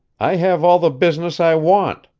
i have all the business i want.